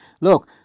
Look